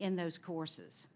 in those courses